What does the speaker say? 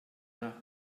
nach